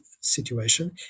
situation